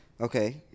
Okay